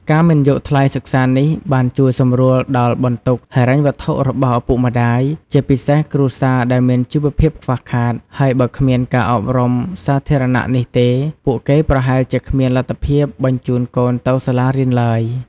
ការមិនយកថ្លៃសិក្សានេះ បានជួយសម្រួលដល់បន្ទុកហិរញ្ញវត្ថុរបស់ឪពុកម្តាយ ជាពិសេសគ្រួសារដែលមានជីវភាពខ្វះខាត ហើយបើគ្មានការអប់រំសាធារណៈនេះទេ ពួកគេប្រហែលជាគ្មានលទ្ធភាពបញ្ជូនកូនទៅសាលារៀនឡើយ។